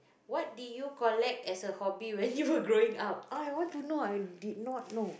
what did you collect as a hobby when you were growing up oh I want to know I did not know